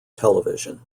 television